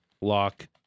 Lock